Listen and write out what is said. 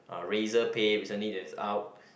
uh Razorpay recently that's out